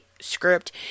script